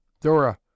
Dora